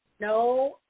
no